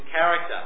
character